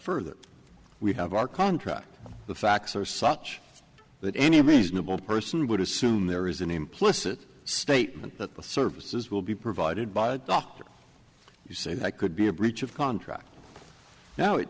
further we have our contract the facts are such that any reasonable person would assume there is an implicit statement that the services will be provided by a doctor you say that could be a breach of contract now it